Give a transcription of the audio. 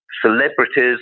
celebrities